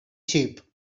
shape